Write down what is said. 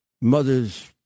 Mothers